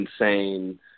insane